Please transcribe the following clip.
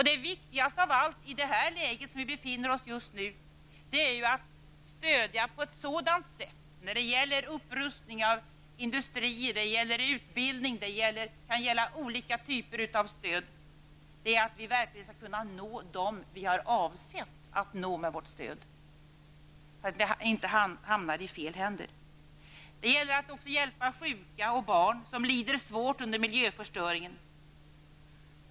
Det viktigaste av allt, i det läge som vi nu befinner oss i, är att stödja på ett sådant sätt, när det gäller t.ex. upprustning av industrier och utbildning, att vi verkligen skall kunna nå dem vi har avsett att nå med vårt stöd. Det får inte hamna i fel händer. Det gäller även att hjälpa sjuka och barn som lider svårt under miljöförstöringen.